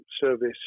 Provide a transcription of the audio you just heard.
service